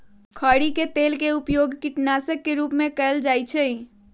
खरी के तेल के उपयोग कीटनाशक के रूप में कएल जाइ छइ